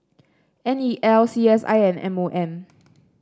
N E L C S I and M O M